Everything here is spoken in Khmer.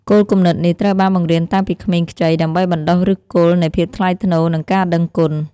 គោលគំនិតនេះត្រូវបានបង្រៀនតាំងពីក្មេងខ្ចី ដើម្បីបណ្ដុះឫសគល់នៃភាពថ្លៃថ្នូរ និងការដឹងគុណ។